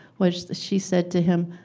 was she said to him,